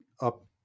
up